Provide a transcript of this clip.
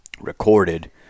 recorded